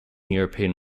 european